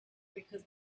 because